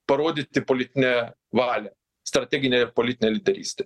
parodyti politinę valią strateginė politinė lyderystė